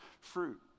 fruit